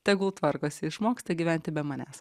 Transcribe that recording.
tegul tvarkosi išmoksta gyventi be manęs